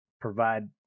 provide